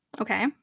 Okay